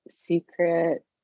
secret